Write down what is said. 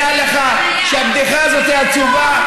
דע לך שהבדיחה הזאת היא עצובה,